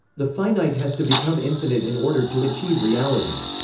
the finite has to become infinite in order to achieve reality.